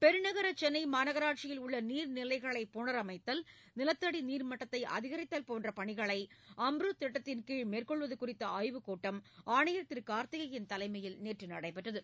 பெருநகர சென்னை மாநகராட்சியில் உள்ள நீர்நிலைகளை புனர்மத்தல் நிலத்தடிநீர் மட்டத்தை அதிகரித்தல் போன்ற பணிகளை அம்ருத் திட்டத்தின்கீழ் மேற்கொள்வது குறித்த ஆய்வுக் கூட்டம் ஆணையர் திரு கார்த்திகேயன் தலைமையில் நேற்று நடைபெற்றது